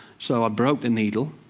so i broke the needle.